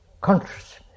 consciousness